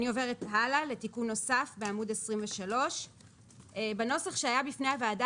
אני עוברת הלאה לתיקון נוסף בעמוד 23. בנוסח שהיה בפני הוועדה